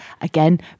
again